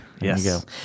Yes